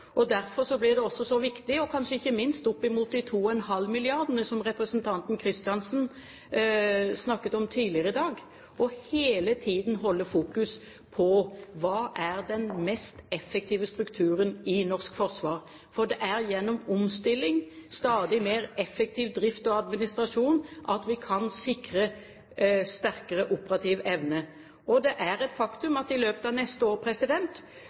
Derfor blir det også så viktig – kanskje ikke minst opp mot de 2,5 mrd. kr som representanten Kristiansen snakket om tidligere i dag – hele tiden å holde fokus på: Hva er den mest effektive strukturen i norsk forsvar? For det er gjennom omstilling, stadig mer effektiv drift og administrasjon at vi kan sikre sterkere operativ evne. Det er et faktum at i løpet av neste år